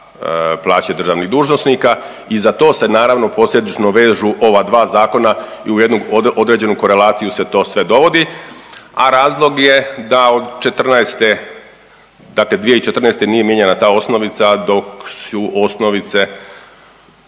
plaće državnih dužnosnika i za to se naravno posljedično vežu ova dva zakona i u jednu određenu korelaciju se to sve dovodi. A razlog je da od četrnaeste, dakle 2014. nije mijenjana ta osnovica dok su osnovice